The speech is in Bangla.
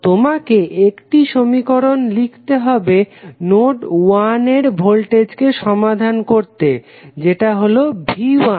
তো তোমাকে একটি সমীকরণ লিখতে হবে নোড 1 এর ভোল্টেজকে সমাধান করতে যেটা হলো V1